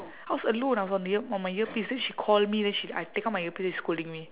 I was alone I was on the ear~ on my earpiece then she call me then she I take out my earpiece then she scolding me